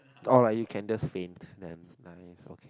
alright you can just faint then nice okay